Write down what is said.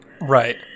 right